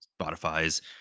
Spotify's